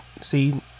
See